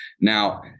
Now